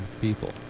people